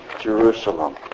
Jerusalem